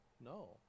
No